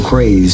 Crazy